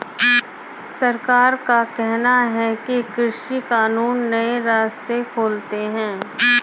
सरकार का कहना है कि कृषि कानून नए रास्ते खोलते है